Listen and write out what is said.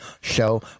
show